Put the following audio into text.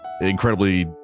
incredibly